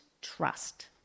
trust